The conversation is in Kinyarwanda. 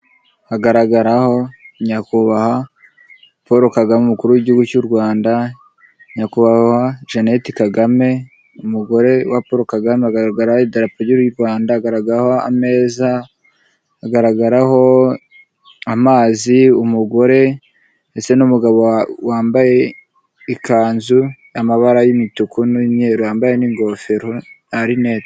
Hagaragaraho nyakubahwa Paul Kagame umukuru w'igihugu cy'u Rwanda nyakubahwa Jeannette Kagame umugore wa Paul Kagame hagaragaraho idarapo ry'u Rwanda hagaragaragaraho ameza, hagaragaraho amazi, umugore ndetse n'umugabo wambaye ikanzu y'amabara y'imituku n'umweru yambaye n'ingofero na lunette.